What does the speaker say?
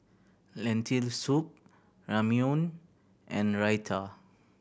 Lentil Soup Ramyeon and Raita